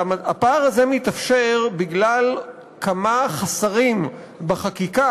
והפער הזה מתאפשר בגלל כמה חוסרים בחקיקה